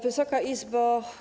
Wysoka Izbo!